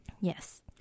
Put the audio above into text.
Yes